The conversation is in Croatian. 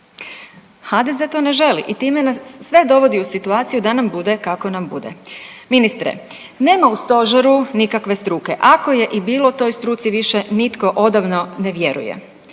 HDZ to ne želi i time nas sve dovodi u situaciju da nam bude kako nam bude. Ministre, nema u stožeru nikakve struke, ako je i bilo toj struci više nitko odavno ne vjeruje